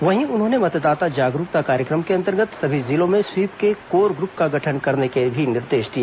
वहीं उन्होंने मतदाता जागरूकता कार्यक्रम के अंतर्गत सभी जिलों में स्वीप के कोर ग्र्प का गठन करने के भी निर्देष दिए